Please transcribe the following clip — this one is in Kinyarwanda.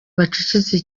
bacecetse